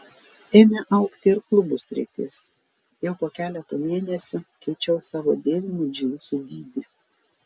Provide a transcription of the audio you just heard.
ėmė augti ir klubų sritis jau po keleto mėnesių keičiau savo dėvimų džinsų dydį